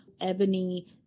Ebony